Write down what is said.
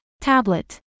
tablet